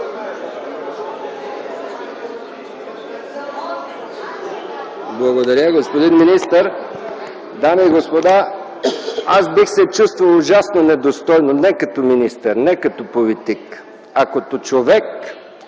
Благодаря. Господин министър, дами и господа! Аз бих се чувствал ужасно недостойно не като министър, не като политик, а като човек,